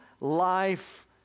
life